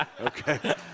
Okay